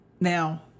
Now